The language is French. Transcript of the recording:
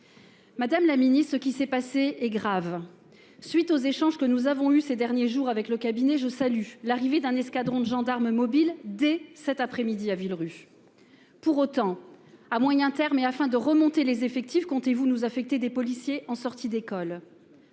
Madame la Ministre ce qui s'est passé est grave suite aux échanges que nous avons eu ces derniers jours avec le cabinet je salue l'arrivée d'un escadron de gendarmes mobiles dès cet après-midi à Villerupt. Pour autant, à moyen terme et afin de remonter les effectifs comptez-vous nous affecter des policiers en sortie d'école.